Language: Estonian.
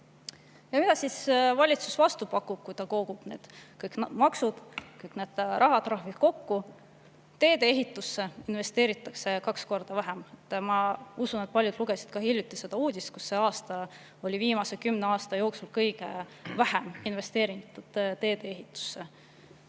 Ja mida siis valitsus vastu pakub, kui ta kõik need maksud ja rahatrahvid on kokku kogunud? Teedeehitusse investeeritakse kaks korda vähem. Ma usun, et paljud lugesid hiljuti seda uudist, et sel aastal on viimase kümne aasta jooksul kõige vähem investeeritud teedeehitusse.